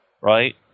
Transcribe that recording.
Right